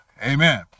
Amen